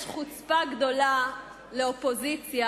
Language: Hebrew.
יש חוצפה גדולה לאופוזיציה,